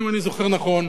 אם אני זוכר נכון.